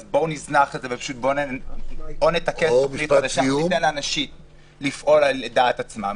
ואז נתקן או ניתן לאנשים לפעול דעת עצמם,